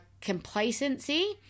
complacency